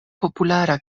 populara